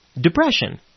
depression